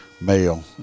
male